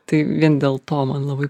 tai vien dėl to man labai